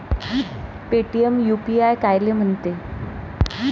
Paytm UPI कायले म्हनते?